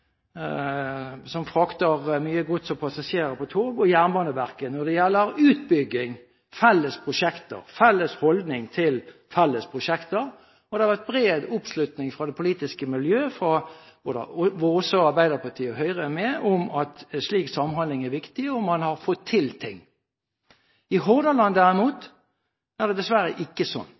passasjerer på tog, og Jernbaneverket. Når det gjelder utbygging, felles prosjekter og felles holdninger til felles prosjekter har det vært bred oppslutning fra det politiske miljøet – hvor også Arbeiderpartiet og Høyre er med – om at en slik samhandling er viktig, og man har fått til ting. I Hordaland derimot er det dessverre ikke